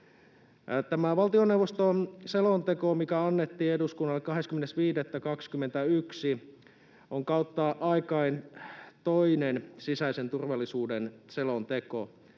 Tämä valtioneuvoston selonteko, mikä annettiin eduskunnalle 20.5.21, on kautta aikain toinen sisäisen turvallisuuden selonteko.